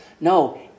No